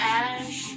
ash